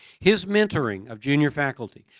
his mentoring of junior faculty,